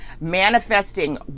Manifesting